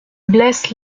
blesse